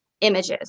images